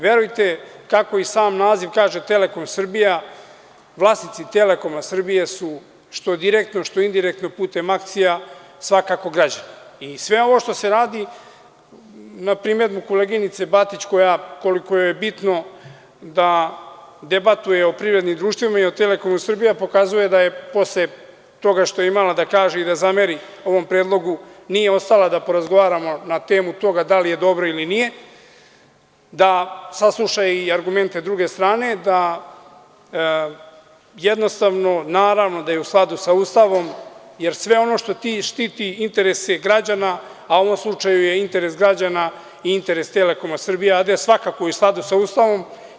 Verujte, kako i sam naziv kaže, vlasnici Telekoma Srbije su što direktno što indirektno putem akcija svakako građani i sve ovo što se radi na primedbu koleginice Batić koja koliko je bitno da debatuje o privrednim društvima i o Telekomu Srbije, pokazuje da je posle toga što je imala da kaže i da zameri ovom predlogu, nije ostala da porazgovaramo na temu toga da li je dobro ili nije, da sasluša i argumente druge strane, da jednostavno naravno da je u skladu sa Ustavom, jer sve ono što štiti interese građana, a u ovom slučaju je interes građana i interes Telekoma Srbije A.D. svakako u skladu sa Ustavom.